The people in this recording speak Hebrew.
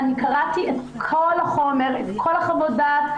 קראתי את כל החומר ואת כל חוות הדעת.